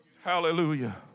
Hallelujah